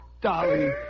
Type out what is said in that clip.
Dolly